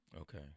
okay